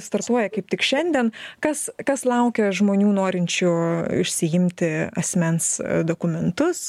startuoja kaip tik šiandien kas kas laukia žmonių norinčių išsiimti asmens dokumentus